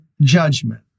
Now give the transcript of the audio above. judgment